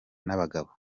n’abagabo